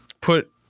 put